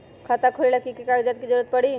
खाता खोले ला कि कि कागजात के जरूरत परी?